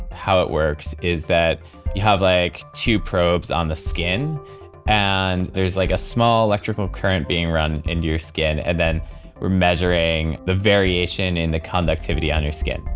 how it works is that you have like two probes on the skin and there's like a small electrical current being run into your skin and then we're measuring the variation in the conductivity on your skin,